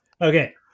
Okay